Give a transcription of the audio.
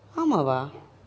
ஆமாம் வா:aamam va